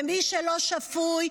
ומי שלא שפוי,